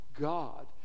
God